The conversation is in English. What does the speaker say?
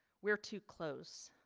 we're too close.